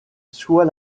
soit